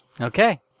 Okay